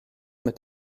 mit